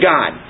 God